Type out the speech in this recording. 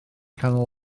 canol